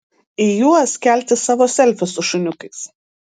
į juos kelti savo selfius su šuniukais